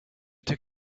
took